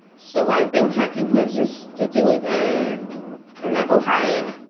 so, i think hacking is just taking it a level higher